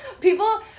People